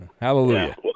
Hallelujah